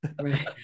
Right